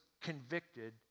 convicted